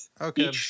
okay